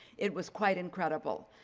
it was quite incredible.